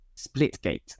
Splitgate